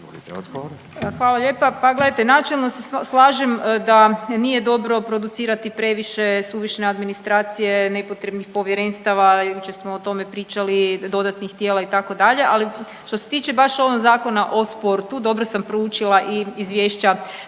Hvala lijepa. Pa gledajte, načelno se slažem da nije dobro producirati previše suvišne administracije, nepotrebnih povjerenstava, jučer smo o tome pričali, dodatnih tijela, itd., ali što se tiče baš ovog Zakona o sportu, dobro sam proučila i izvješća